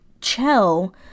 Chell